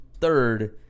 third